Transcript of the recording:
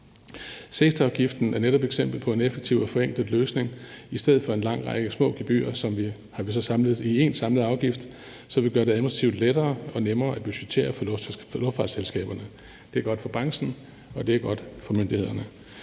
Safetyafgiften er netop et eksempel på en effektiv og forenklet løsning. I stedet for en lang række små gebyrer har vi samlet det i en samlet afgift, så vi gør det administrativt lettere og nemmere at budgettere for luftfartsselskaberne. Det er godt for branchen, og det er godt for myndighederne.